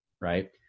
right